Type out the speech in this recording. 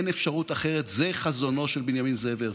אין אפשרות אחרת, זה חזונו של בנימין זאב הרצל.